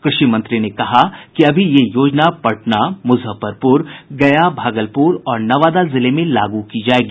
कृषि मंत्री ने कहा कि अभी ये योजना पटना मुजफ्फरपुर गया भागलपुर और नवादा जिले में लागू की जायेगी